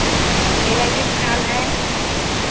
मेरा ये ख्याल है